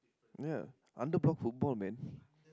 ya under block football man